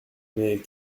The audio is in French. mais